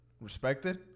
respected